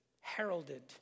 heralded